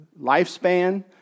lifespan